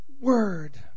word